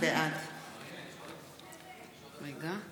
בעד גברתי